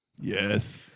Yes